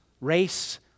race